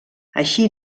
així